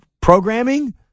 programming